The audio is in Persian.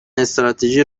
استراتژی